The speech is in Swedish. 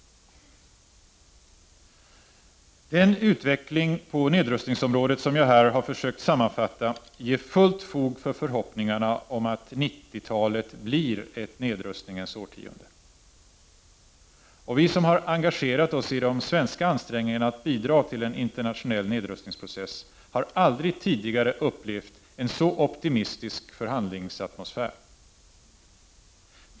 | Den utveckling på nedrustningsområdet som jag här har försökt sammanfatta ger fullt fog för förhoppningar om att 1990-talet blir ett nedrustningens årtionde. Vi som har engagerat oss i de svenska ansträngningarna att bidra till en internationell nedrustningsprocess har aldrig tidigare upplevt en så optimistisk förhandlingsatmosfär.